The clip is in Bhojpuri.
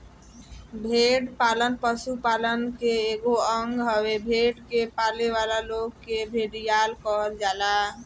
भेड़ पालन पशुपालन के एगो अंग हवे, भेड़ के पालेवाला लोग के भेड़िहार कहल जाला